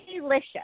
delicious